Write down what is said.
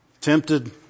Tempted